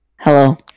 Hello